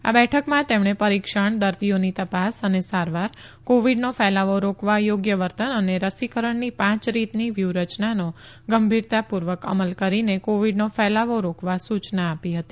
આ બેઠકમાં તેમણે પરીક્ષણ દર્દીઓની તપાસ અને સારવાર કોવીડનો ફેલાવો રોકવા યોગ્ય વર્તન અને રસીકરણની પાંચ રીતની વ્યુહરયનાનો ગંભીરતા પુર્વક અમલ કરીને કોવિડનો ફેલાવો રોકવા સુયના આપી હતી